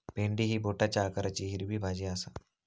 भेंडी ही बोटाच्या आकाराची हिरवी भाजी आसा